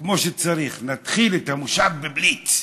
כמו שצריך, נתחיל את המושב בבליץ.